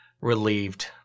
relieved